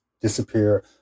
disappear